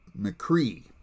McCree